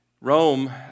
Rome